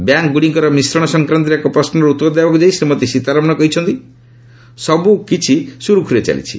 ବ୍ୟାଙ୍କ୍ଗୁଡ଼ିକର ମିଶ୍ରଣ ସଂକ୍ରାନ୍ତରେ ଏକ ପ୍ରଶ୍ରର ଉତ୍ତର ଦେବାକୁ ଯାଇ ଶ୍ରୀମତୀ ସୀତାରମଣ କହିଛନ୍ତି ସବୁ କିଛି ସୁରୁଖୁରୁରେ ଚାଲିଛି